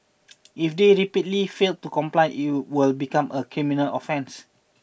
if they repeatedly fail to comply it will become a criminal offence